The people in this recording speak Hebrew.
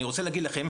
אני רוצה להגיד לכם,